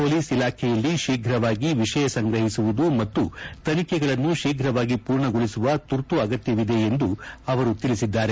police ಇಲಾಖೆಯಲ್ಲಿ ಶೀಘವಾಗಿ ವಿಷಯ ಸಂಗ್ರಹಿಸುವುದು ಮತ್ತು ತನಿಖೆಗಳನ್ನು ಶೀಘವಾಗಿ ಪೂರ್ಣಗೊಳಿಸುವ ತುರ್ತು ಅಗತ್ಲವಿದೆ ಎಂದು ಅವರು ತಿಳಿಸಿದ್ದಾರೆ